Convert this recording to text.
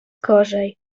gorzej